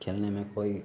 खेलने में कोई